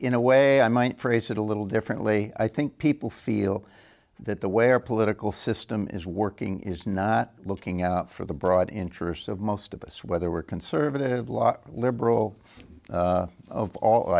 in a way i might phrase it a little differently i think people feel that the way our political system is working is not looking out for the broad interests of most of us whether we're conservative lot liberal of all